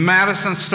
Madison